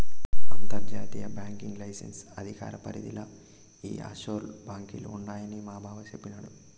అంతర్జాతీయ banking licence అధికార పరిదిల ఈ ఆప్షోర్ బాంకీలు ఉండాయని మాబావ సెప్పిన్నాడు